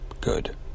Good